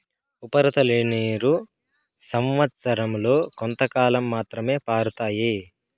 ఉపరితల నీరు సంవచ్చరం లో కొంతకాలం మాత్రమే పారుతాయి